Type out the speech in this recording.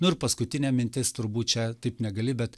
nu ir paskutinė mintis turbūt čia taip negali bet